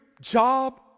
job